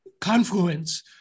confluence